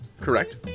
Correct